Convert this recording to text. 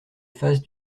phase